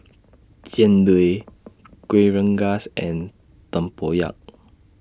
Jian Dui Kuih Rengas and Tempoyak